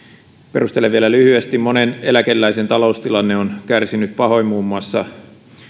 perustelen vielä lyhyesti monen eläkeläisen taloustilanne on kärsinyt pahoin muun muassa